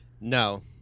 No